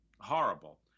horrible